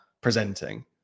presenting